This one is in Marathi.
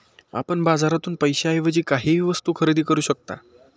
आपण बाजारातून पैशाएवजी काहीही वस्तु खरेदी करू शकता